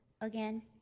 again